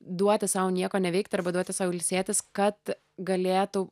duoti sau nieko neveikti arba duoti sau ilsėtis kad galėtų